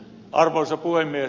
arvoisa puhemies